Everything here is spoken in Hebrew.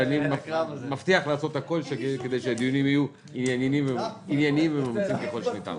אבל אני מבטיח לעשות הכול כדי שהדיונים יהיו ענייניים וממצים ככל הניתן.